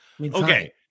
Okay